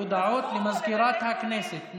הודעה למזכירת הכנסת.